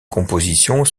compositions